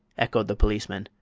echoed the policeman.